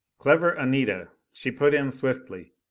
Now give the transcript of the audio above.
clever anita! she put in swiftly,